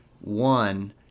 one—